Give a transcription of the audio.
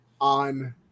On